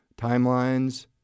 timelines